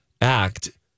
act